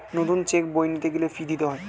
নতুন চেক বই নিতে গেলে ফি দিতে হয়